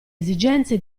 esigenze